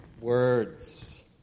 words